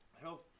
health